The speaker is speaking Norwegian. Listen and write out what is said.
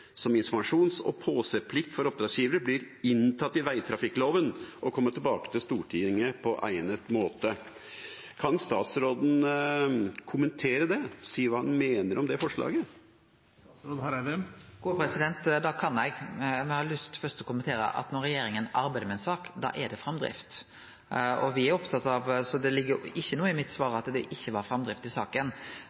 som informasjons- og påseplikt for oppdragsgivere, blir inntatt i vegtrafikkloven, og komme tilbake til Stortinget på egnet måte.» Kan statsråden kommentere det og si hva han mener om det forslaget? Det kan eg. Men eg har først lyst til å kommentere at når regjeringa arbeider med ei sak, da er det framdrift. Så det ligg ikkje noko i mitt svar om at det ikkje er framdrift i saka.